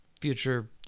future